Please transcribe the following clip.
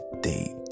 date